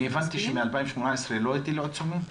אני הבנתי שמ-2018 לא הטילו עיצומים?